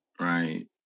right